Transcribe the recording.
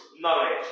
knowledge